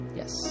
yes